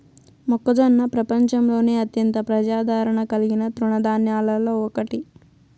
మొక్కజొన్న ప్రపంచంలోనే అత్యంత ప్రజాదారణ కలిగిన తృణ ధాన్యాలలో ఒకటి